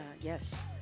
Yes